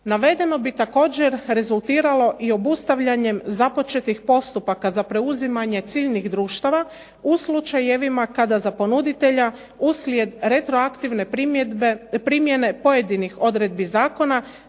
Navedeno bi također rezultiralo i obustavljanjem započetih postupaka za preuzimanje ciljnih društava, u slučajevima kada za ponuditelja uslijed retroaktivne primjene pojedinih odredbi zakona